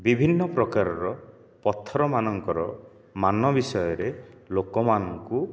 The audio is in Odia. ବିଭିନ୍ନ ପ୍ରକାରର ପଥରମାନଙ୍କର ମାନ ବିଷୟରେ ଲୋକମାନଙ୍କୁ